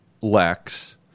Lex